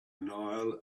nile